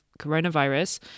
coronavirus